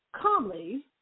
calmly